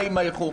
האיחור.